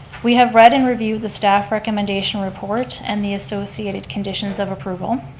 we have read and reviewed the staff recommendation report and the associated conditions of approval